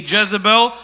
Jezebel